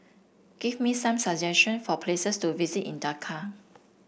give me some suggestion for places to visit in Dhaka